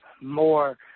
more